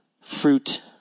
Fruit